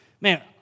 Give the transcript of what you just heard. man